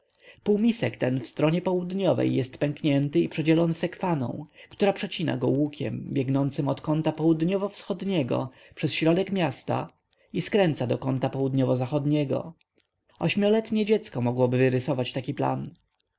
półmisek ten w stronie południowej jest pęknięty i przedzielony sekwaną która przecina go łukiem biegnącym od kąta południowo-wschodniego przez środek miasta i skręca do kąta południowo-zachodniego ośmioletnie dziecko mogłoby wyrysować taki plan